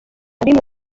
rimwe